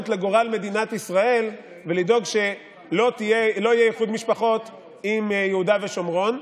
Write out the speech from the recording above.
לגורל מדינת ישראל ולדאוג שלא יהיה איחוד משפחות עם יהודה ושומרון.